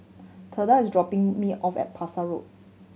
Theda is dropping me off at Parsi Road